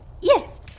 Yes